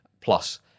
plus